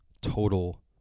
total